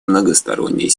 многосторонней